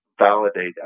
validate